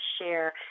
share